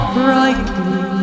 brightly